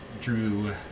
Drew